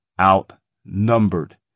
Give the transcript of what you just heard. outnumbered